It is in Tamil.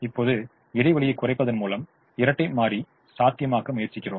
இப்போது இடைவெளியைக் குறைப்பதன் மூலம் இரட்டை மாறி சாத்தியமாக்க முயற்சிக்கிறோம்